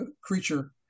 creature